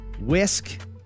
Whisk